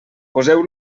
poseu